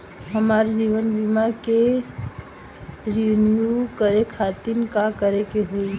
हमार जीवन बीमा के रिन्यू करे खातिर का करे के होई?